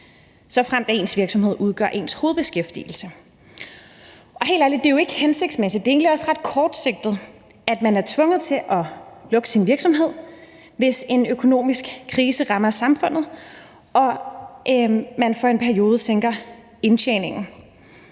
såfremt ens virksomhed udgør ens hovedbeskæftigelse. Helt ærligt, det er jo ikke hensigtsmæssigt, og det er egentlig også ret kortsigtet, at man er tvunget til at lukke sin virksomhed, hvis en økonomisk krise rammer samfundet og man for en periode sænker indtjeningen.